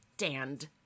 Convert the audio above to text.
stand